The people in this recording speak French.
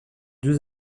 deux